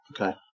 okay